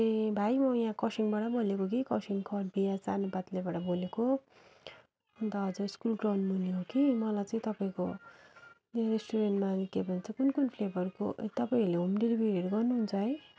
ए भाइ म यहाँ खरसाङबाट बोलेको कि खरसाङ करभिर यहाँ सानो पात्लेबाट बोलेको अन्त हजुर स्कुल ग्राउन्ड मुनि हो कि मलाई चाहिँ तपाईँको रेस्टुरेन्टमा के भन्छ कुन कुन फ्लेबरको तपाईँहरूले होम डेलिभेरीहरू गर्नुहुन्छ है